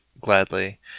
gladly